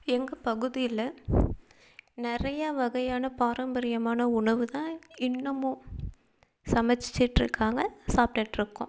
எங்கள் பகுதியில் நிறைய வகையான பாரம்பரியமான உணவு தான் இன்னுமும் சமைச்சிட்ருக்காங்க சாப்பிட்டுட்ருக்கோம்